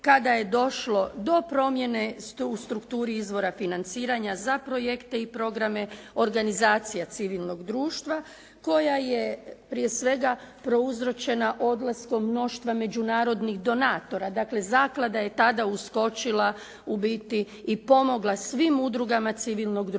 kada je došlo do promjene u strukturi izvora financiranja za projekte i programe organizacija civilnog društva koja je prije svega prouzročena odlaskom mnoštva međunarodnih donatora. Dakle zaklada je tada uskočila u biti i pomogla svim udrugama civilnog društva